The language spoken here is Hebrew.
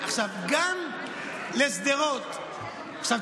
עכשיו תראו,